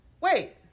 Wait